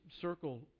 circle